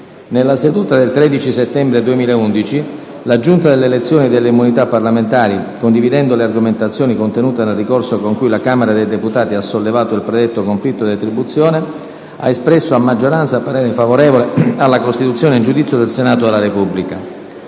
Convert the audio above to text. Nella seduta del 13 settembre 2011, la Giunta delle elezioni e delle immunità parlamentari, condividendo le argomentazioni contenute nel ricorso con cui la Camera dei deputati ha sollevato il predetto conflitto di attribuzione, ha espresso a maggioranza parere favorevole alla costituzione in giudizio del Senato della Repubblica.